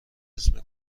اسم